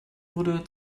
wurde